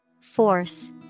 Force